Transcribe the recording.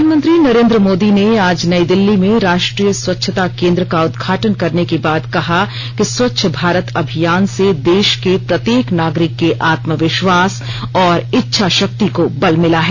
प्रधानमंत्री नरेन्द्र मोदी ने आज नई दिल्ली में राष्ट्रीय स्वच्छता केंद्र का उद्घाटन करने के बाद कहा कि स्वच्छ भारत अभियान से देश के प्रत्येक नागरिक के आत्मविश्वास और इच्छा शक्ति को बल मिला है